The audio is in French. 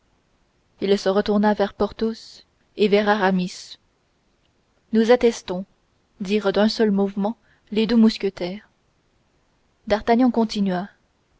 il se retourna vers porthos et vers aramis nous attestons dirent d'un seul mouvement les deux mousquetaires d'artagnan continua